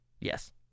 Yes